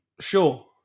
Sure